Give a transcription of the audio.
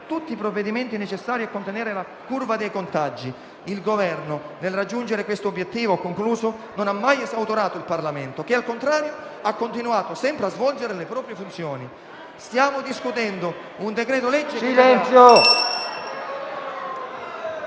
tutti i provvedimenti necessari a contenere la curva dei contagi. Il Governo, nel raggiungere questo obiettivo, non ha mai esautorato il Parlamento che, al contrario, ha continuato sempre a svolgere le proprie funzioni. Stiamo discutendo un decreto-legge...